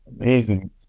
Amazing